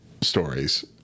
stories